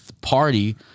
party